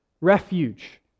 refuge